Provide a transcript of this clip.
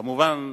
כמובן,